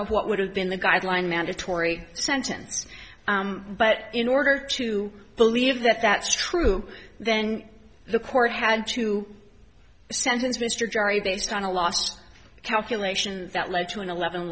of what would have been the guideline mandatory sentence but in order to believe that that's true then the court had to sentence mr jerry based on a last calculations that lead to an eleven